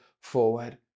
forward